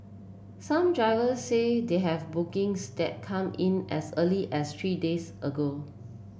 some driver say they have bookings that came in as early as three days ago